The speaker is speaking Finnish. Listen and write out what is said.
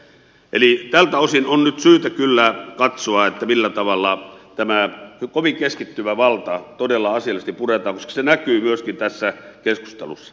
eli tältä osin on nyt syytä kyllä katsoa millä tavalla tämä kovin keskittyvä valta todella asiallisesti puretaan koska se näkyy myöskin tässä keskustelussa